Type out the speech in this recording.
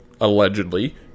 allegedly